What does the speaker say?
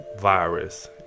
virus